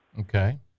Okay